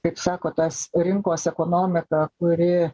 kaip sako tas rinkos ekonomika kuri